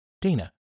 Dana